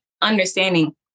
understanding